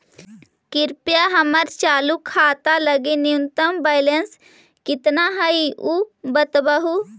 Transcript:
कृपया हमर चालू खाता लगी न्यूनतम बैलेंस कितना हई ऊ बतावहुं